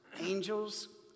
angels